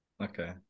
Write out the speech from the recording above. Okay